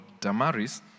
Damaris